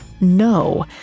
no